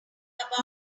about